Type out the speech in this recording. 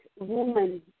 woman